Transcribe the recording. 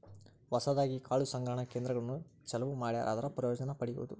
ಹೊಸದಾಗಿ ಕಾಳು ಸಂಗ್ರಹಣಾ ಕೇಂದ್ರಗಳನ್ನು ಚಲುವ ಮಾಡ್ಯಾರ ಅದರ ಪ್ರಯೋಜನಾ ಪಡಿಯುದು